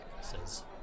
says